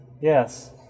Yes